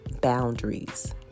boundaries